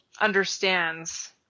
understands